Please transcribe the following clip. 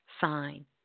sign